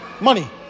Money